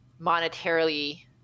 monetarily